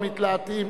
המתלהטים.